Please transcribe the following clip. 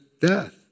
death